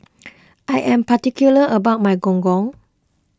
I am particular about my Gong Gong